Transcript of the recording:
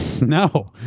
No